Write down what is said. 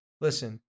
listen